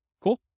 Cool